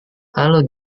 halo